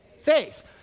faith